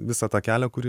visą tą kelią kurį